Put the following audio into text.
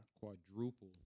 Quadruple